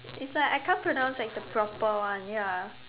it's like I can't pronounce like the proper one ya